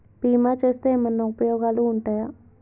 బీమా చేస్తే ఏమన్నా ఉపయోగాలు ఉంటయా?